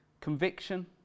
conviction